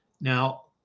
Now